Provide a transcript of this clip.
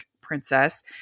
princess